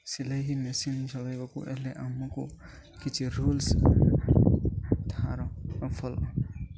ସିଲେଇ ମେସିନ୍ ଚଲାଇବାକୁ ହେଲେ ଆମକୁ କିଛି ରୁଲସ୍ ତା'ହାର ଫଲୋ